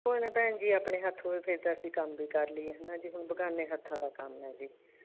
ਕੋਈ ਨਾ ਭੈਣ ਜੀ ਆਪਣੇ ਹੱਥ ਹੋਵੇ ਫਿਰ ਤਾਂ ਅਸੀਂ ਕੰਮ ਵੀ ਕਰ ਲਈਏ ਹੈ ਨਾ ਜੀ ਹੁਣ ਬੇਗਾਨੇ ਹੱਥਾਂ ਦਾ ਕੰਮ ਹੈ ਜੀ